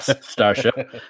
Starship